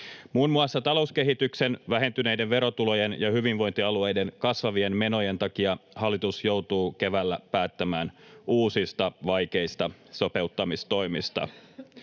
Muun muassa talouskehityksen, vähentyneiden verotulojen ja hyvinvointialueiden kasvavien menojen takia hallitus joutuu keväällä päättämään uusista, vaikeista sopeuttamistoimista.